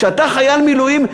כשאתה חייל מילואים,